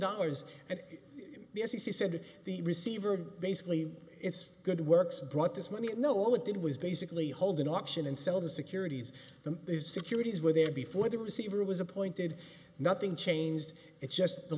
dollars and the i c c said the receiver basically it's good works brought this money at no it did was basically hold an option and sell the securities the securities were there before the receiver was appointed nothing changed it's just the